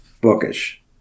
bookish